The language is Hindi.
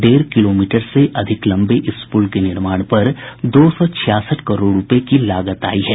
डेढ़ किलोमीटर से अधिक लंबे इस पुल के निर्माण पर दो सौ छियासठ करोड़ रुपये की लागत आयी है